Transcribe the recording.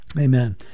Amen